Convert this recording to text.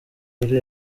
kuri